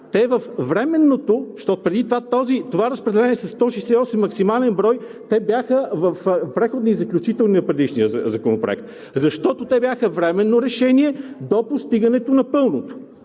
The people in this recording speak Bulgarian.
те във временното, защото преди това, това разпределение със 168 – максимален брой, те бяха в Преходни и заключителни на предишния законопроект, защото те бяха временно решение до постигане на пълното.